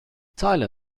tyler